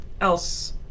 else